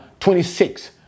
26